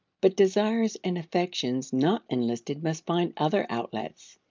but desires and affections not enlisted must find other outlets.